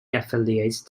affiliate